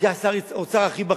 ניקח שר אוצר, הכי בכיר,